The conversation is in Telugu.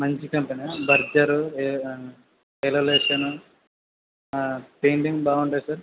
మంచి కంపెనీ బర్గరు ఏ నేరోలేషను పెయింటింగ్ బాగుంటుంది సార్